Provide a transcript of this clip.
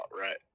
right